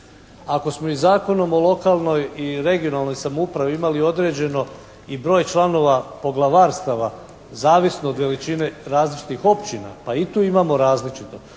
Ako smo i Zakonom o lokalnoj i regionalnoj samoupravi imali određeno i broj članova poglavarstava zavisno od veličine različitih općina pa i tu imamo različito